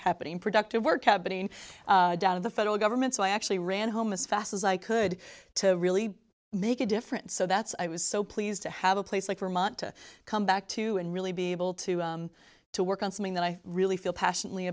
happening productive work out between down of the federal government so i actually ran home as fast as i could to really make a difference so that's i was so pleased to have a place like vermont to come back to and really be able to to work on something that i really feel passionately